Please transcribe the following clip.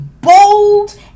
bold